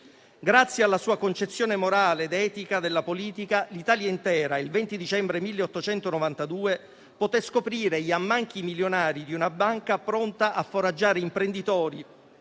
Grazie alla sua concezione morale ed etica della politica, l'Italia intera, il 20 dicembre 1892, poté scoprire gli ammanchi milionari di una banca pronta a foraggiare imprenditori,